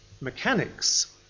mechanics